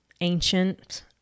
ancient